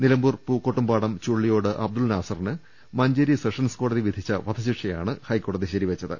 നിലമ്പൂർ പൂക്കോട്ടുപാടം ചുള്ളിയോട് അബ്ദുൾ നാസറിന് മഞ്ചേരി സെഷൻസ് കോടതി വിധിച്ച വധശിക്ഷയാണ് ഹൈക്കോ ടതി ശരിവെച്ചത്